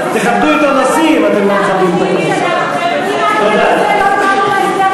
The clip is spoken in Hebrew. תכבדו את הנשיא, אם אתם לא מכבדים את הכנסת.